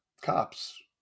cops